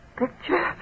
picture